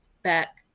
back